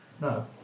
No